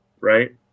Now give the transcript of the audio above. right